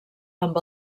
amb